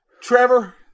Trevor